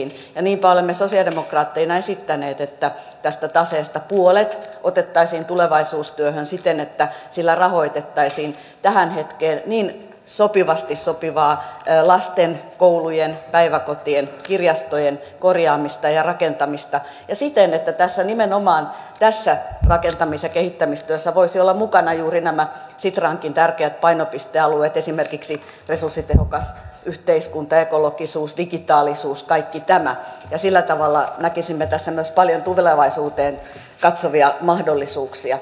niinpä olemme sosialidemokraatteina esittäneet että tästä taseesta puolet otettaisiin tulevaisuustyöhön siten että sillä rahoitettaisiin tähän hetkeen niin sopivasti sopivaa lasten koulujen päiväkotien kirjastojen korjaamista ja rakentamista ja siten että nimenomaan tässä rakentamis ja kehittämistyössä voisivat olla mukana juuri nämä sitrankin tärkeät painopistealueet esimerkiksi resurssitehokas yhteiskunta ekologisuus digitaalisuus kaikki tämä ja sillä tavalla näkisimme tässä myös paljon tulevaisuuteen katsovia mahdollisuuksia